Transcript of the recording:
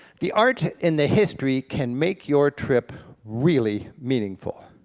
the art and the history can make your trip really meaningful.